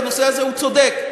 בנושא הזה הוא צודק,